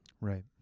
Right